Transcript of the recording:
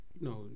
no